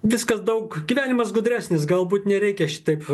viskas daug gyvenimas gudresnis galbūt nereikia šitaip